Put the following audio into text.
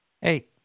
Hey